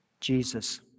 Jesus